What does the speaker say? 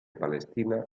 palestina